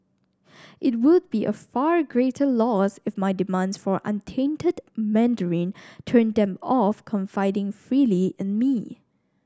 it would be a far greater loss if my demands for untainted Mandarin turned them off confiding freely in me